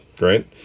right